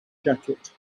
jacket